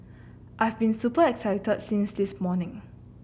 I've been super excited since this morning